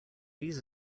these